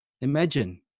Imagine